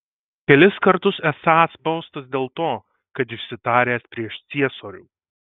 kelis kartus esąs baustas dėl to kad išsitaręs prieš ciesorių